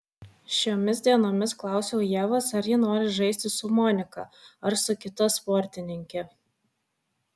šiomis dienomis klausiau ievos ar ji nori žaisti su monika ar su kita sportininke